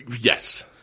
Yes